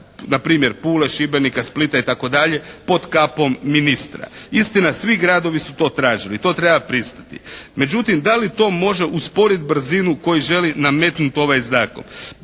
npr. Pule, Šibenika, Splita, itd. pod kapom ministra. Istina svi gradovi su to tražili, to treba priznati. Međutim da li to može usporiti brzinu koju želi nametnuti ovaj zakon?